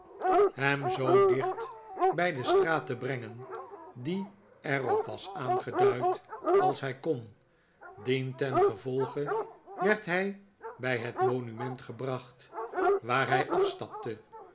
hem zoo dicht bij de straat te brengen die er op was aangeduid als hij kon dientengevolge werd hij bij het monument gebracht waar hij afstapte